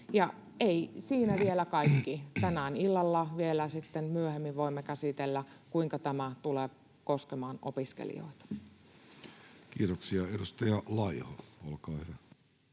Eikä siinä vielä kaikki: tänään illalla vielä sitten myöhemmin voimme käsitellä, kuinka tämä tulee koskemaan opiskelijoita. Kiitoksia. — Edustaja Laiho, olkaa hyvä.